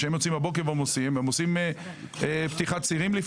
כשהם יוצאים בבוקר לפעמים הם עושים פתיחת צירים,